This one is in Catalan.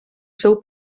seu